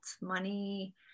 money